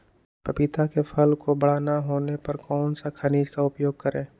पपीता के फल को बड़ा नहीं होने पर कौन सा खनिज का उपयोग करें?